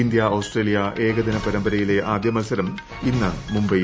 ഇന്തൃ Australia ഏകദിന പരമ്പരയിലെ ആദ്യ മൽസരം ഇന്ന് മുംബൈയിൽ